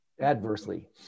adversely